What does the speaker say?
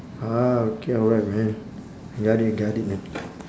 ah okay alright man I got it got it man